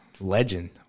legend